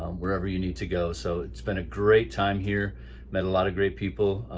um wherever you need to go. so it's been a great time here met a lot of great people.